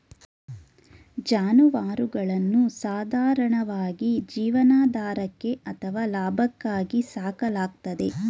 ಜಾನುವಾರುಗಳನ್ನು ಸಾಧಾರಣವಾಗಿ ಜೀವನಾಧಾರಕ್ಕೆ ಅಥವಾ ಲಾಭಕ್ಕಾಗಿ ಸಾಕಲಾಗ್ತದೆ